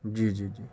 جی جی جی